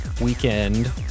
weekend